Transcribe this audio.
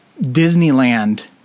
Disneyland